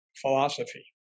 philosophy